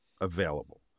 available